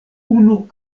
unu